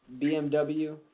BMW